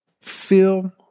feel